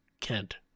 kent